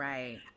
Right